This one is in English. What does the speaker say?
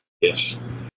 Yes